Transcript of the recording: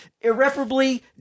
irreparably